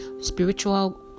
spiritual